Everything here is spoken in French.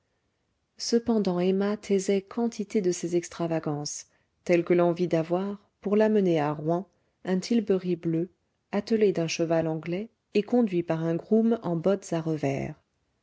cependant emma taisait quantité de ses extravagances telle que l'envie d'avoir pour l'amener à rouen un tilbury bleu attelé d'un cheval anglais et conduit par un groom en bottes à revers